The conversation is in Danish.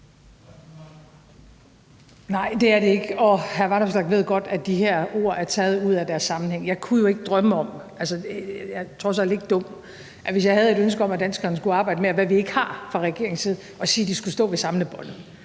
Nej, det er det ikke, og hr. Alex Vanopslagh ved godt, at de her ord er taget ud af deres sammenhæng. Hvis jeg havde et ønske om, at danskerne skulle arbejde mere, hvad vi ikke har fra regeringens side, kunne jeg jo ikke drømme om at sige, at de skulle stå ved samlebåndet